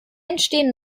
entstehen